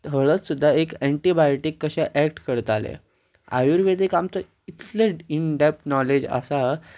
हळद सुद्दां एक एंटीबायोटीक कशें एक्ट करतालें आयुर्वेदीक आमचो इतलें इनडेप्थ नॉलेज आसा